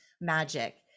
magic